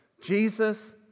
Jesus